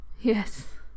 Yes